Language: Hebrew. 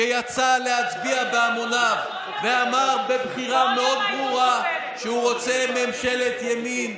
שיצא להצביע בהמוניו ואמר בבחירה מאוד ברורה שהוא רוצה ממשלת ימין,